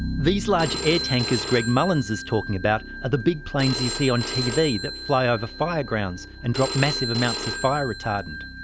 these large air tankers greg mullins is talking about are the big planes you see on tv that fly ah over fire grounds and drop massive amounts of fire retardant.